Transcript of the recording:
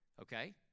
Okay